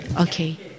Okay